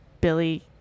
Billy